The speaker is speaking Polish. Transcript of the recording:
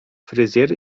fryzjer